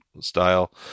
style